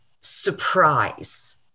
surprise